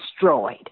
destroyed